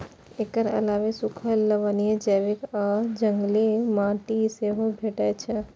एकर अलावे सूखल, लवणीय, जैविक आ जंगली माटि सेहो भेटै छै